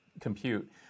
compute